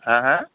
হেঁ হেঁ